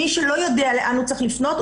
מי שלא יודע לאן הוא צריך לפנות,